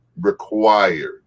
required